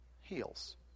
heals